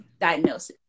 diagnosis